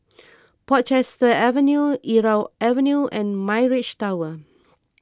Portchester Avenue Irau Avenue and Mirage Tower